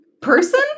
person